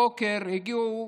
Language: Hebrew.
הבוקר הגיעו